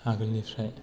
आगोलनिफ्राय